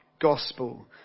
gospel